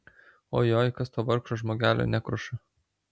ojoj kas to vargšo žmogelio nekruša